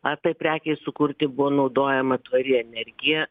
ar tai prekei sukurti buvo naudojama tvari energija